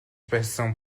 байсан